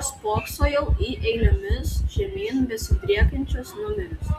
aš spoksojau į eilėmis žemyn besidriekiančius numerius